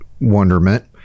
wonderment